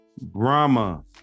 Brahma